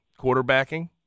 quarterbacking